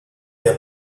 der